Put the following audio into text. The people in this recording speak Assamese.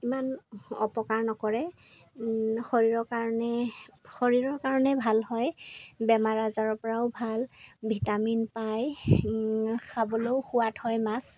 ইমান অপকাৰ নকৰে শৰীৰৰ কাৰণে শৰীৰৰ কাৰণেই ভাল হয় বেমাৰ আজাৰৰপৰাও ভাল ভিটামিন পায় খাবলৈও সোৱাদ হয় মাছ